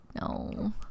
No